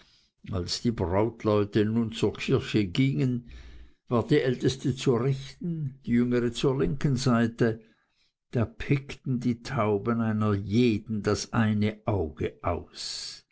als die brautleute nun zur kirche gingen war die älteste zur rechten die jüngste zur linken seite da pickten die tauben einer jeden das eine auge aus